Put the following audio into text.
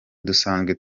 dusanzwe